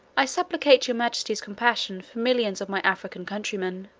i supplicate your majesty's compassion for millions of my african countrymen,